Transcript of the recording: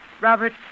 Robert